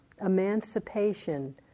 emancipation